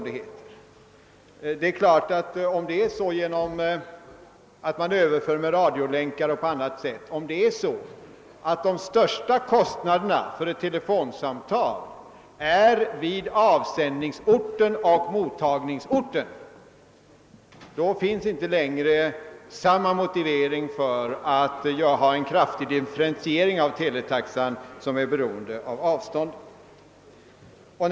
Det är klart att om telefonsamtal över förs via radiolänkar o. s. v. och de största kostnaderna därigenom uppkommer på avsändningsorten och mottagningsorten, finns inte längre samma motivering för en kraftig differentiering av teletaxorna beroende på avståndet.